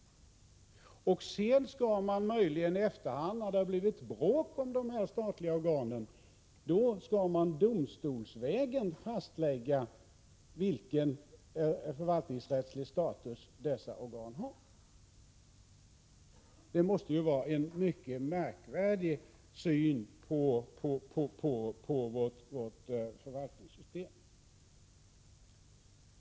Sedan skall man möjligen i efterhand, om det har blivit bråk om dessa statliga organ, domstolsvägen fastlägga vilken förvaltningsrättslig status de har. Detta måste sägas vara en mycket märklig syn på vårt förvaltningssystem.